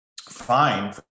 fine